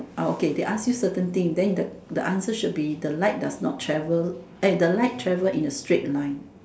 okay they ask you certain thing then the the answer should be the light does not travel the light travel in a straight line